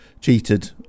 cheated